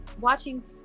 watching